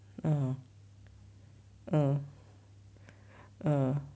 uh uh uh